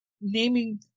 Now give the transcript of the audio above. Naming